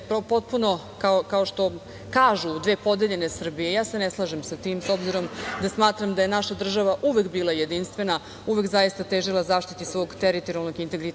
potpuno, kao što kažu, dve podeljene Srbije, ja se ne slažem sa tim s obzirom da smatram da je naša država uvek bila jedinstvena, uvek težila zaštiti svog teritorijalnog integriteta,